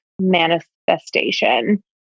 manifestation